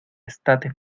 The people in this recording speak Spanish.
estate